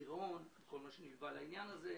הגירעון, כל מה שנלווה לעניין הזה,